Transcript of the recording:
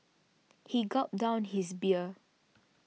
he gulped down his beer